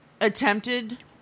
attempted